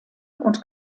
und